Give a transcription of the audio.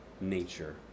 nature